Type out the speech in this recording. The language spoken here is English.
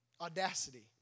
audacity